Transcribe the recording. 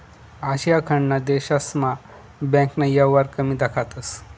आशिया खंडना देशस्मा बँकना येवहार कमी दखातंस